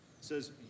says